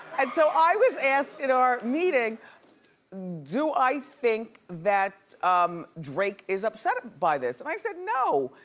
and so i was asked in our meeting do i think that drake is upset by this. and i said no.